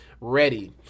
Ready